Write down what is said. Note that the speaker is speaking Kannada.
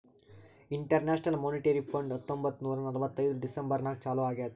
ಇಂಟರ್ನ್ಯಾಷನಲ್ ಮೋನಿಟರಿ ಫಂಡ್ ಹತ್ತೊಂಬತ್ತ್ ನೂರಾ ನಲ್ವತ್ತೈದು ಡಿಸೆಂಬರ್ ನಾಗ್ ಚಾಲೂ ಆಗ್ಯಾದ್